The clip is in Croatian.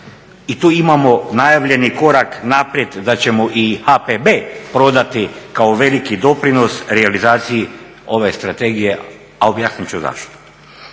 i tu imamo najavljeni korak naprijed da ćemo i HPB prodati kao veliki doprinos realizaciji ove strategije, a objasnit ću zašto.